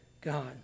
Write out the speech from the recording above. God